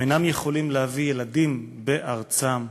הם אינם יכולים להביא ילדים בארצם,